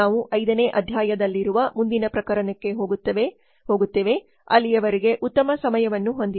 ನಾವು 5 ನೇ ಅಧ್ಯಾಯದಲ್ಲಿರುವ ಮುಂದಿನ ಪ್ರಕರಣಕ್ಕೆ ಹೋಗುತ್ತೇವೆ ಅಲ್ಲಿಯವರೆಗೆ ಉತ್ತಮ ಸಮಯವನ್ನು ಹೊಂದಿರಿ